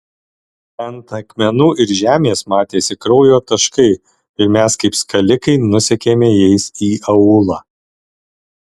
ant akmenų ir žemės matėsi kraujo taškai ir mes kaip skalikai nusekėme jais į aūlą